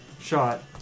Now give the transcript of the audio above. shot